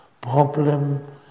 problem